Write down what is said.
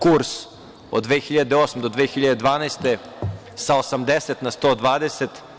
Kurs od 2008. do 2012. sa 80 na 120.